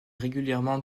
régulièrement